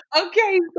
Okay